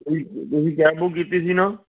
ਜੀ ਤੁਸੀਂ cab book ਕੀਤੀ ਸੀ ਨਾ